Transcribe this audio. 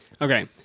Okay